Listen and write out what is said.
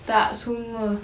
tak semua